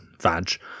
VAG